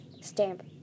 Stamp